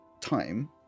time